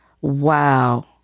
Wow